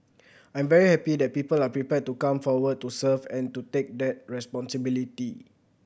I'm very happy that people are prepared to come forward to serve and to take that responsibility